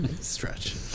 Stretch